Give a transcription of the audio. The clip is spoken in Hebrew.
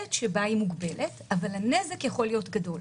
התועלת שבה היא מוגבלת אבל הנזק יכול להיות גדול.